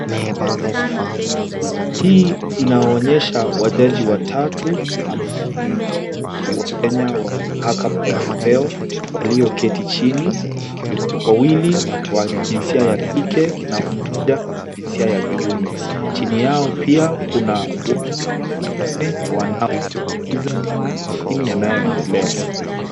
Picha hii inaonyesha wajaji watatu ambao ni majaji wa Kenya wa mahakama ya upeo walioketi chini. Wawili wa jinsia ya kike na mmoja wa jinsia ya kiume. Chini yao pia kuna watu wanne wanaogiza kwa umakini yanayoendelea.